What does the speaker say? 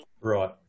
Right